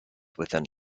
within